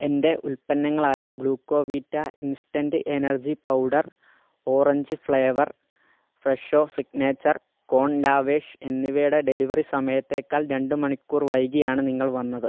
എന്റെ ഉൽപ്പന്നങ്ങളായ Glucovita instant energy powder orange flavour Fresho signature corn lavash എന്നിവയുടെ delivery സമയത്തേക്കാൾ രണ്ട് മണിക്കൂർ വൈകിയാണ് നിങ്ങൾ വന്നത്